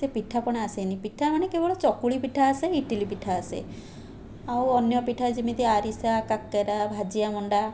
ସେ ପିଠାପଣା ଆସେନି ପିଠାମାନେ କେବଳ ଚକୁଳି ପିଠା ଆସେ ଇଟିଲି ପିଠା ଆସେ ଆଉ ଅନ୍ୟ ପିଠା ଯେମିତି ଆରିସା କାକେରା ଭାଜିଆ ମଣ୍ଡା